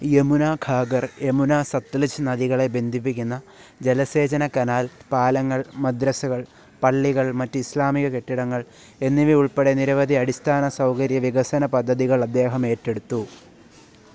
യമുന ഘാഗ്ഗർ യമുന സത്ലജ് നദികളെ ബന്ധിപ്പിക്കുന്ന ജലസേചന കനാൽ പാലങ്ങൾ മദ്രസകൾ പള്ളികൾ മറ്റ് ഇസ്ലാമിക കെട്ടിടങ്ങൾ എന്നിവ ഉൾപ്പെടെ നിരവധി അടിസ്ഥാന സൗകര്യ വികസന പദ്ധതികൾ അദ്ദേഹം ഏറ്റെടുത്തു